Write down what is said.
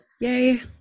Yay